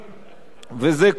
וזה קורה כל הזמן,